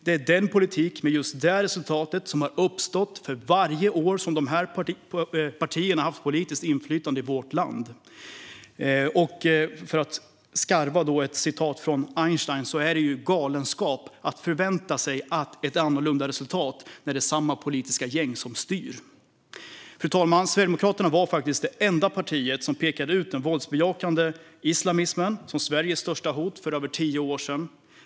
Det är den politiken med just det resultatet som har uppstått för varje år som de partierna har haft politiskt inflytande i vårt land. Låt mig "skarva" Einstein; det är galenskap att förvänta sig ett annorlunda resultat när det är samma politiska gäng som styr. Fru talman! Sverigedemokraterna var faktiskt det enda partiet som pekade ut den våldsbejakande islamismen som Sveriges största hot för över tio år sedan.